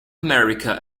america